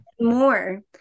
more